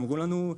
אמרו לנו,